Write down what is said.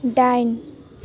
दाइन